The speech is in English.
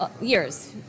years